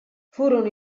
furono